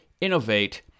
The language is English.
innovate